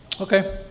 Okay